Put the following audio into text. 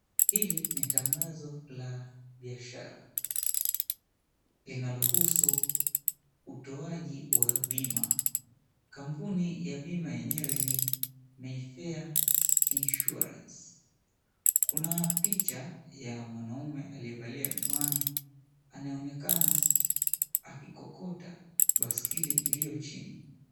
Hili ni tangazo la biashara linalohusu utoaji wa bima. Kampuni ya bima yenyewe ni Mayfair insurance. Kuna picha ya mwanaume aliye valia miwani, anayeonekana akikokota baiskeli iliyo chini.